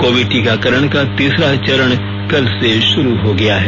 Covid टीकाकरण का तीसरा चरण कल से शुरू हो गया है